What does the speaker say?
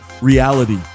reality